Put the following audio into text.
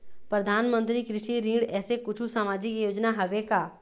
परधानमंतरी कृषि ऋण ऐसे कुछू सामाजिक योजना हावे का?